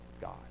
God